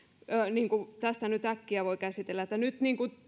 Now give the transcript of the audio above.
niin kuin tästä nyt äkkiä voi käsittää että nyt